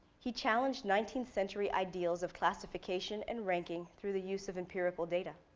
he challenged nineteenth century ideals of classification and ranking through the use of empirical data.